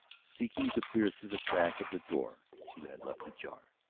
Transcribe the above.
seeking to peer through the crack of the door she had left ajar.